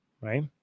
right